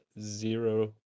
zero